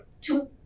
two